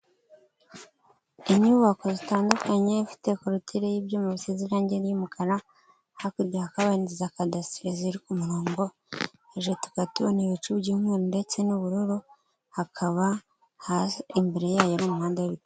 Inyubako zitandukanye ifite korotire y'ibyuma bisize irange ry'umukara, hakurya hakaba inzu z'akadasiteri ziri ku murongo, hejuru tukaba tubona ibicu by'umweru ndetse n'ubururu hakaba imbere yayo ari umuhanda